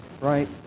right